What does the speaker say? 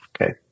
okay